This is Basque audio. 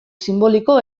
sinboliko